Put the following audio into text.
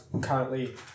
currently